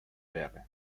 wäre